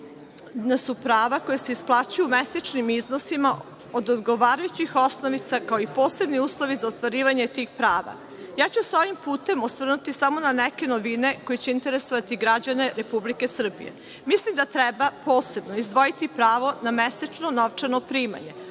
da su prava koja se isplaćuju u mesečnim iznosima od odgovarajućih osnovica, kao i posebni uslovi za ostvarivanje tih prava. Ovim putem ću se osvrnuti samo na neke novine koje će interesovati građane Republike Srbije. Mislim da treba posebno izdvojiti pravo na mesečnu novčano primanje.